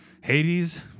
Hades